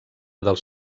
dels